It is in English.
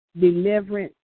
Deliverance